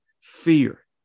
fear